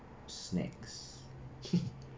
snacks